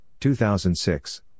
2006